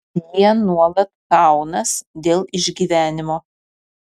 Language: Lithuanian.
jie nuolat kaunas dėl išgyvenimo